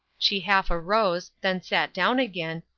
she half arose, then sat down again,